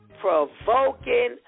provoking